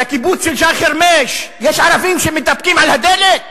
בקיבוץ של שי חרמש יש ערבים שמתדפקים על הדלת?